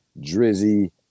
Drizzy